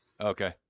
okay